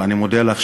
ואני מודה לך,